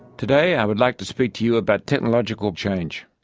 today i would like to speak to you about technological change.